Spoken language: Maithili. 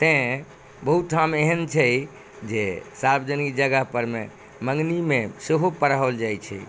तैॅं बहुत हम एहन छै जे सार्वजनिक जगह परमे मँगनीमे सेहो पढ़ायल जाइ छै